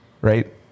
right